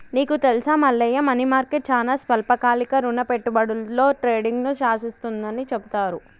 నీకు తెలుసా Mallaiah money market చానా స్వల్పకాలిక రుణ పెట్టుబడులలో ట్రేడింగ్ను శాసిస్తుందని చెబుతారు